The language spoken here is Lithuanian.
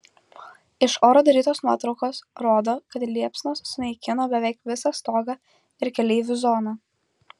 iš oro darytos nuotraukos rodo kad liepsnos sunaikino beveik visą stogą ir keleivių zoną